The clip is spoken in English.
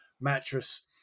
mattress